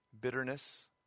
bitterness